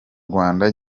rwanda